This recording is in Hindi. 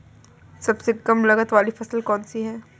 सबसे कम लागत वाली फसल कौन सी है?